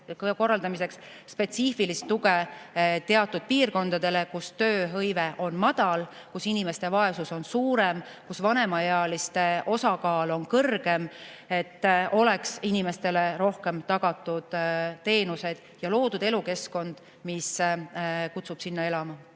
korraldamiseks spetsiifilist tuge teatud piirkondadele, kus tööhõive on madal, kus inimeste vaesus on suurem, kus vanemaealiste osakaal on kõrgem, et inimestele oleks tagatud rohkem teenuseid ja loodud elukeskkond, mis kutsub sinna elama.